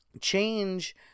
change